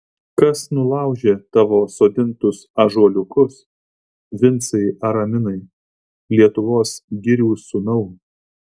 kas nulaužė tavo sodintus ąžuoliukus vincai araminai lietuvos girių sūnau